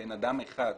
אצלנו בחינם.